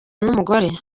n’umugore